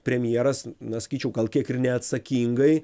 premjeras na sakyčiau gal kiek ir neatsakingai